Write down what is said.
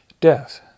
death